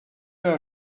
are